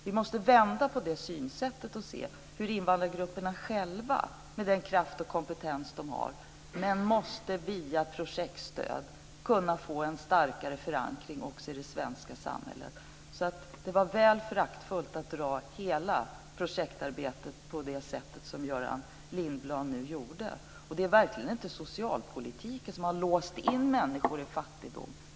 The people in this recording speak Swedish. Vi måste vända på synsättet och se hur invandrargrupperna själva med den kraft och kompetens som de har, men via projektstöd, måste få starkare förankring i det svenska samhället. Det var väl föraktfullt att dra hela projektarbetet på det sätt som Göran Lindblad nu gjorde. Det är verkligen inte socialpolitiken som har låst in människor i fattigdom.